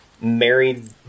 married